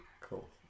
Cool